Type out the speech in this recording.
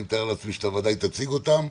אני מתאר לעצמי שאתה ודאי תציג אותם.